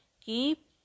Keep